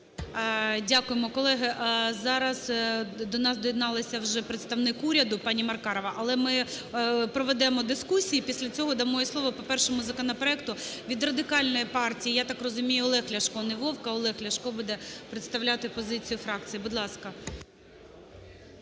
Шановні колеги, зараз до нас доєдналися вже представник уряду пані Маркарова, але ми проведемо дискусії, після цього дамо їй слово по першому законопроекту. Від Радикальної партії, я так розумію, Олег Ляшко, не Вовк, а Олег Ляшко буде представляти позицію фракції. Будь ласка.